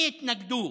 מי התנגדו?